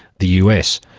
the us.